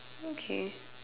okay